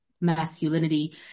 masculinity